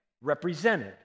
represented